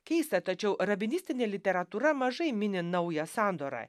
keista tačiau rabinistinė literatūra mažai mini naują sandorą